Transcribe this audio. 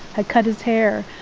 had cut his hair,